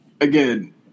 again